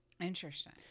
Interesting